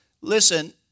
listen